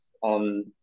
on